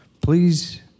Please